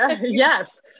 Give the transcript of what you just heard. Yes